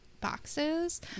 boxes